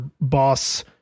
boss